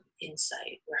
insight